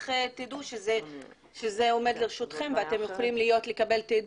איך תדעו שזה עומד לרשותכם ואתם יכולים לקבל תעדוף,